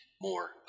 more